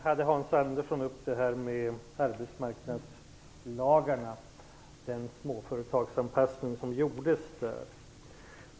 Hans Andersson tog upp arbetsmarknadslagarna och den småföretagsanpassning som gjorts.